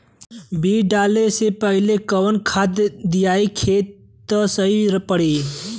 बीज डाले से पहिले कवन खाद्य दियायी खेत में त सही पड़ी?